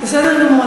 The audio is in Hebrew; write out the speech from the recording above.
בסדר גמור,